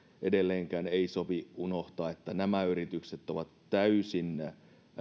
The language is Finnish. edelleenkään ei sovi unohtaa että nämä yritykset on täysin